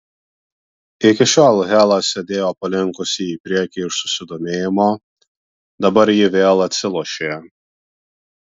iki šiol hela sėdėjo palinkusi į priekį iš susidomėjimo dabar ji vėl atsilošė